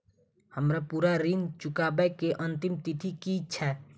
हम्मर पूरा ऋण चुकाबै केँ अंतिम तिथि की छै?